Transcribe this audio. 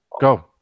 Go